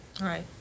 Right